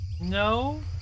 No